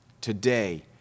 today